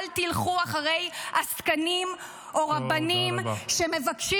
אל תלכו אחרי עסקנים או רבנים שמבקשים